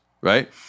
right